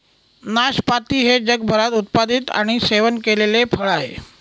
नाशपाती हे जगभरात उत्पादित आणि सेवन केलेले फळ आहे